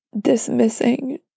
dismissing